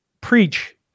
preach